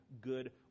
good